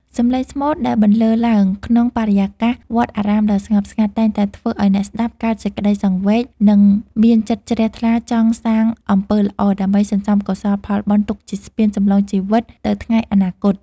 សម្លេងស្មូតដែលបន្លឺឡើងក្នុងបរិយាកាសវត្តអារាមដ៏ស្ងប់ស្ងាត់ តែងតែធ្វើឱ្យអ្នកស្ដាប់កើតសេចក្តីសង្វេគ និងមានចិត្តជ្រះថ្លាចង់សាងអំពើល្អដើម្បីសន្សំកុសលផលបុណ្យទុកជាស្ពានចម្លងជីវិតទៅថ្ងៃអនាគត។